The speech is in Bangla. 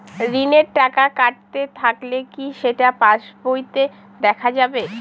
ঋণের টাকা কাটতে থাকলে কি সেটা পাসবইতে দেখা যাবে?